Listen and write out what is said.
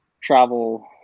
travel